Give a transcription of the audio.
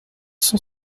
cent